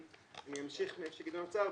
אני אמשיך מאיפה שגדעון עצר.